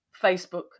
facebook